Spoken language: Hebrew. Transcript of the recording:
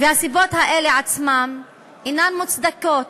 והסיבות האלה עצמן אינן מוצדקות,